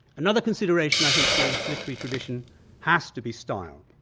another consideration i think for the literary tradition has to be style.